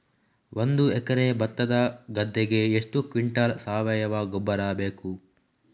ಒಂದು ಎಕರೆ ಭತ್ತದ ಗದ್ದೆಗೆ ಎಷ್ಟು ಕ್ವಿಂಟಲ್ ಸಾವಯವ ಗೊಬ್ಬರ ಬೇಕು?